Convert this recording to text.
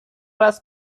است